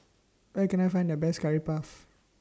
Where Can I Find The Best Curry Puff